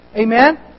Amen